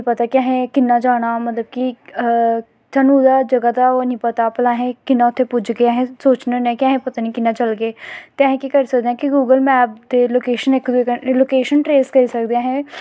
लोग केह् ऐ कि अपना मात्तर भाशा गी दवानें दी कोशिश करदे जां कोई होर भाशा ऐ आह्ला होऐ जियां तुस अगर कोई पंजाबी लब्भी जा जां कश्मीरी लब्भी जी तां उनैं अपनां भाशा